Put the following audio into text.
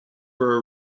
were